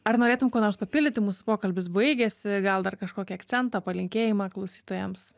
ar norėtum kuo nors papildyti mūsų pokalbis baigėsi gal dar kažkokį akcentą palinkėjimą klausytojams